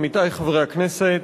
עמיתי חברי הכנסת,